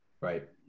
Right